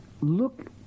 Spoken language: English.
look